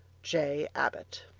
j. abbott